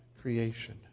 creation